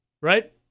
right